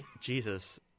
Jesus